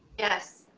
yes.